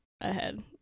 ahead